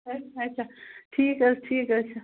آچھا آچھا ٹھیٖک حظ ٹھیٖک حظ چھِ